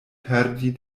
perdi